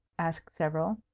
asked several.